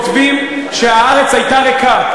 שהארץ הייתה ריקה.